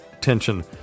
tension